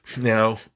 Now